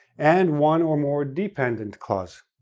and one or more dependent clause.